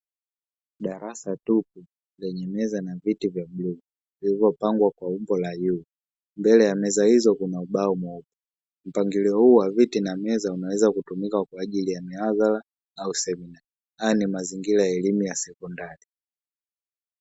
Darasa tupu lenye meza na viti vya bluu, vilivyopangwa kwa umbo la "U", mbele ya meza hizo kuna ubao mweupe, mpangilio huu wa viti na meza unaweza kutumika kwenye mihadhara au semina. Haya ni mazingira ya elimu ya sekondari.